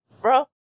bro